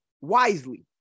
wisely